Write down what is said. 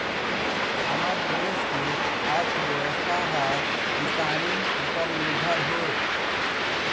हमर देस के अर्थबेवस्था ह किसानी उपर निरभर हे